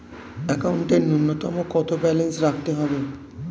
একাউন্টে নূন্যতম কত ব্যালেন্স রাখতে হবে?